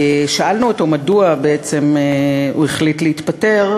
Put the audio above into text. שאלנו אותו מדוע בעצם הוא החליט להתפטר,